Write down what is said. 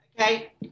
Okay